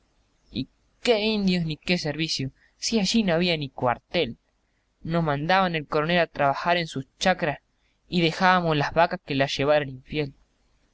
qué indios ni qué servicio si allí no había ni cuartel nos mandaba el coronel a trabajar en sus chacras y dejábamos las vacas que las llevara el infiel